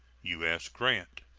u s. grant.